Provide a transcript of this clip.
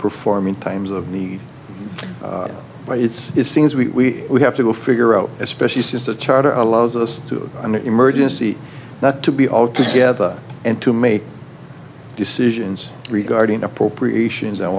perform in times of need but it's it's things we have to figure out especially since the charter allows us to an emergency not to be altogether and to make decisions regarding appropriations